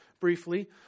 Briefly